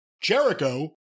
Jericho